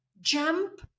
jump